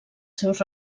seus